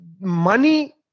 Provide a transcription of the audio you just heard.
money